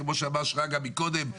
כמו שאמר שרגא מקודם,